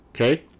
Okay